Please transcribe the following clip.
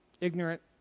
ignorant